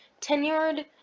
tenured